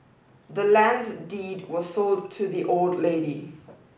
the land's deed was sold to the old lady